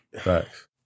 Facts